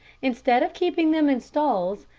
instead of keeping them in stalls,